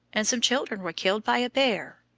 and some children were killed by a bear,